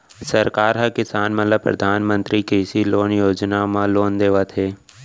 सरकार ह किसान मन ल परधानमंतरी कृषि लोन योजना म लोन देवत हे